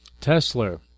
Tesla